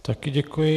Také děkuji.